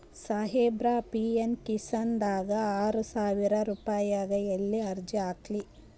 ಸಾಹೇಬರ, ಪಿ.ಎಮ್ ಕಿಸಾನ್ ದಾಗ ಆರಸಾವಿರ ರುಪಾಯಿಗ ಎಲ್ಲಿ ಅರ್ಜಿ ಹಾಕ್ಲಿ?